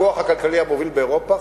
הכוח הכלכלי המוביל באירופה,